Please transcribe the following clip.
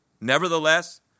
Nevertheless